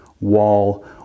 wall